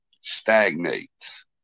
stagnates